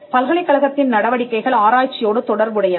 பல்கலைக்கழகத்தின் நடவடிக்கைகள் ஆராய்ச்சியோடு தொடர்புடையவை